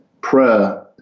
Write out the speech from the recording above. prayer